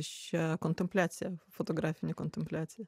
šią kontempliaciją fotografinę kontempliaciją